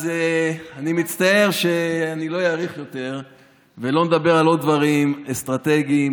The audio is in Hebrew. אז אני מצטער שלא אאריך יותר ולא נדבר על עוד דברים אסטרטגיים,